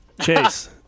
Chase